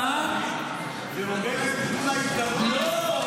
--- ההצעה שלך --- ואומרת תנו --- לא.